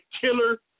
killer